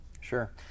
Sure